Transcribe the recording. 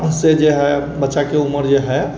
से जे हइ बच्चाके उमर जे हइ